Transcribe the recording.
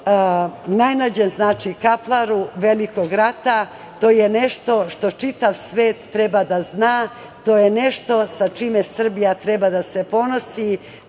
najmlađem kaplaru Velikog rata. To je nešto što čitav svet treba da zna, to je nešto čime Srbija treba da se ponosi.